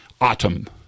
autumn